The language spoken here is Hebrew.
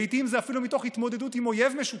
לעיתים זה אפילו מתוך התמודדות עם אויב משותף,